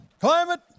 climate